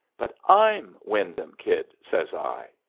but i'm wyndham kid! says i.